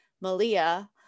Malia